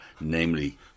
namely